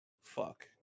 Fuck